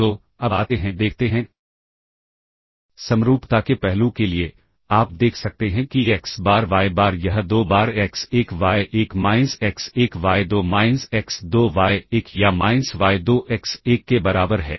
तो अब आते हैं देखते हैं समरूपता के पहलू के लिए आप देख सकते हैं कि एक्स बार वाय बार यह दो बार x 1 y 1 minus x 1 y 2 minus x 2 y 1 या माइनस वाय 2 एक्स 1 के बराबर है